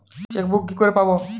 Chequebook কি করে পাবো?